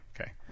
Okay